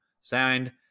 Signed